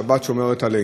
השבת שומרת עלינו.